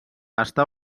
està